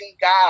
God